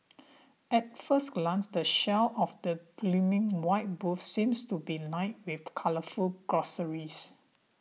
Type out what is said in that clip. at first glance the shelves of the gleaming white booths seem to be lined with colourful groceries